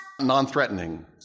non-threatening